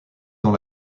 dans